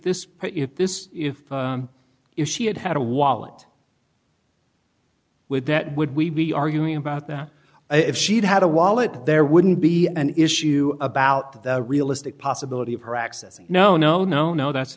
part if this if if she had had a wallet would that would we be arguing about that if she'd had a wallet there wouldn't be an issue about the realistic possibility of her accessing no no no no that's